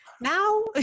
now